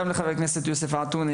גם לחבר הכנסת יוסף עטאונה,